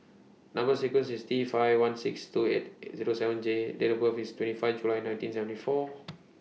Number sequence IS T five one six two eight Zero seven J and Date of birth IS twenty five July nineteen seventy four